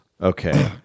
Okay